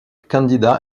candidats